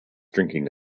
drinking